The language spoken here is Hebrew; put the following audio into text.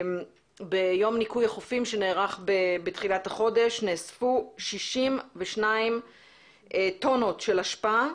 ביום ניקוי החופים שנערך בתחילת החודש נאספו 62 טונות של אשפה.